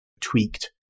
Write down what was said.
tweaked